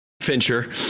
Fincher